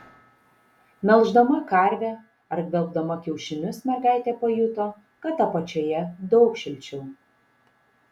melždama karvę ar gvelbdama kiaušinius mergaitė pajuto kad apačioje daug šilčiau